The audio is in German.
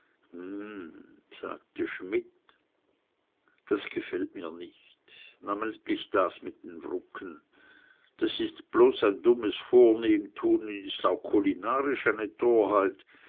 hm sagte schmidt das gefällt mir nicht namentlich das mit den wruken das ist bloß ein dummes vornehmtun und ist auch kulinarisch eine